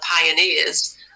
Pioneers